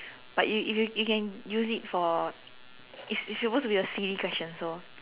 but if if you you can use it for it's it's supposed to be a silly question so